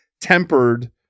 tempered